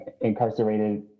incarcerated